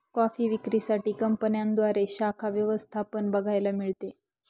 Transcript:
coffee विक्री साठी कंपन्यांद्वारे शाखा व्यवस्था पण बघायला मिळते